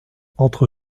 entre